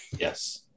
Yes